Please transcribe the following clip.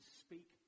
speak